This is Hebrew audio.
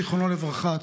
זיכרונו לברכה,